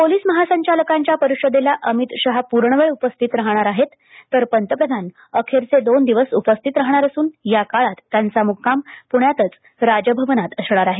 police महासंचालकांच्या परिषदेला अमित शहा पूर्णवेळ उपस्थित राहणार आहेत तर मोदीअखेरचे दोन दिवस उपस्थित राहणार असून या काळात त्यांचामुक्काम पुण्यातच राजभवनात असणार आहे